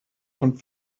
von